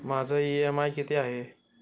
माझा इ.एम.आय किती आहे?